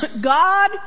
God